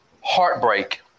heartbreak